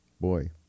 boy